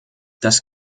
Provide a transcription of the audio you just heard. das